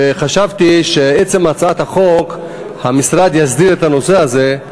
וחשבתי שעצם הצעת החוק, המשרד יסדיר את הנושא הזה.